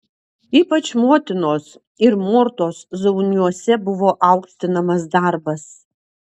ypač motinos ir mortos zauniuose buvo aukštinamas darbas